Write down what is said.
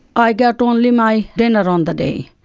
i get only my dinner on the day.